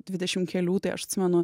dvidešimt kelių tai aš atsimenu